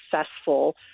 successful